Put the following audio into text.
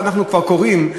כבר קוראים,